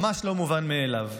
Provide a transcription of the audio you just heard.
ממש לא מובן מאליו.